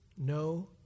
no